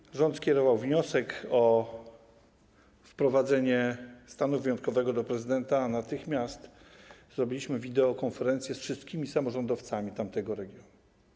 Kiedy rząd skierował wniosek o wprowadzenie stanu wyjątkowego do prezydenta, natychmiast zrobiliśmy wideokonferencję ze wszystkimi samorządowcami tamtego regionu.